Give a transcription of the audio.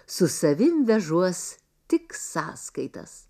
su savim vežuos tik sąskaitas